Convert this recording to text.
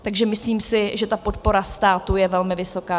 Takže myslím si, že ta podpora státu je velmi vysoká.